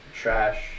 trash